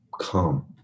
come